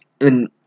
and-